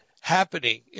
happening